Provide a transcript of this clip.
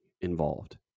involved